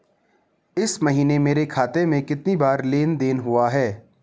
इस महीने मेरे खाते में कितनी बार लेन लेन देन हुआ है?